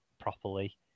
properly